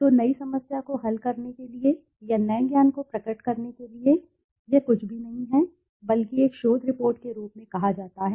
तो नई समस्या को हल करने के लिए या नए ज्ञान को प्रकट करने के लिए तो यह कुछ भी नहीं है बल्कि एक शोध रिपोर्ट के रूप में कहा जाता है